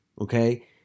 Okay